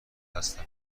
هستم